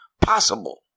possible